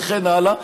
וכן הלאה.